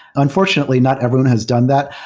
unfortunately, not everyone has done that.